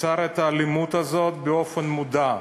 יצר את האלימות הזו באופן מודע,